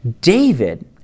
David